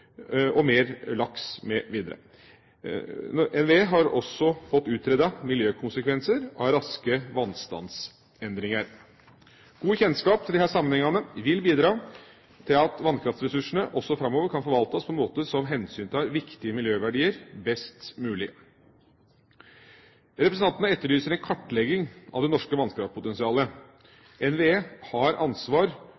mer kraftproduksjon og mer laks mv. NVE har også fått utredet miljøkonsekvenser av raske vannstandsendringer. God kjennskap til disse sammenhengene vil bidra til at vannkraftressursene også framover kan forvaltes på en måte som hensyntar viktige miljøverdier best mulig. Representantene etterlyser en kartlegging av det norske vannkraftpotensialet.